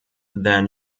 than